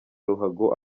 ruhago